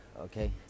okay